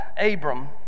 Abram